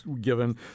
given